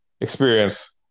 experience